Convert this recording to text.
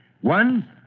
One